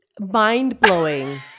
Mind-blowing